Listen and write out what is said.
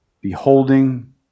beholding